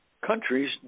countries